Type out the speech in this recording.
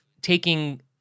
taking